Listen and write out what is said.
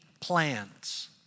plans